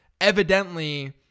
evidently –